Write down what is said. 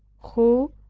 who,